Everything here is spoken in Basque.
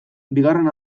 bigarren